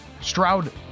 Stroud